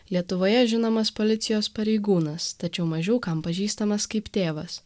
lietuvoje žinomas policijos pareigūnas tačiau mažiau kam pažįstamas kaip tėvas